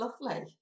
lovely